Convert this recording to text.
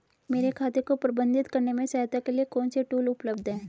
मेरे खाते को प्रबंधित करने में सहायता के लिए कौन से टूल उपलब्ध हैं?